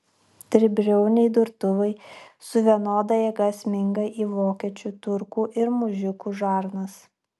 tribriauniai durtuvai su vienoda jėga sminga į vokiečių turkų ir mužikų žarnas